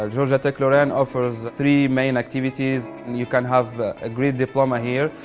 ah georgia tech lorraine offers three main activities and you can have a great diploma here,